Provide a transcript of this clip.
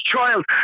child